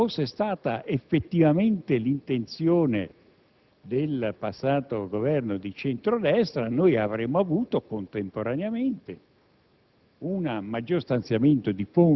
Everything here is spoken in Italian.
la sospensione dei regolamenti di attuazione sarebbe controproducente per quanto riguarda l'efficienza dell'amministrazione della giustizia. Niente di più sbagliato.